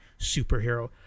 superhero